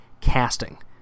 CASTING